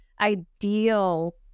ideal